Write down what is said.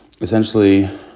essentially